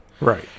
Right